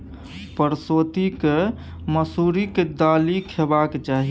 परसौती केँ मसुरीक दालि खेबाक चाही